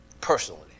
personally